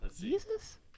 Jesus